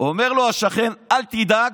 אומר לו השכן: אל תדאג.